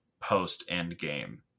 post-endgame